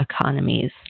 economies